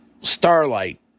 Starlight